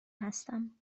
هستم